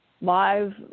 live